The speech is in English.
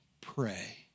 pray